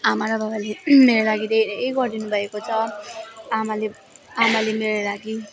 आमा र बाबाले मेरो लागि धेरै गरिदिनुभएको छ आमाले आमाले मेरो लागि